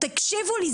תקשיבו לי.